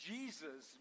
Jesus